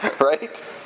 right